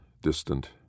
distant